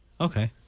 Okay